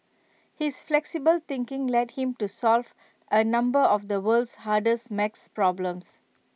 his flexible thinking led him to solve A number of the world's hardest math problems